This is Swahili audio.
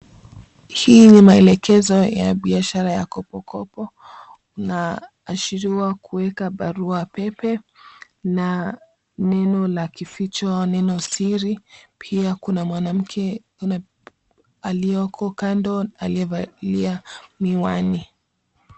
Hii ni maelekezo ya biashara ya kopokopo, na ashiriwa kuweka barua pepe na neno la kificho neno siri pia kuna mwanamke aliyoko kando aliyevalia miwani.